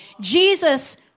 Jesus